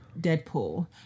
Deadpool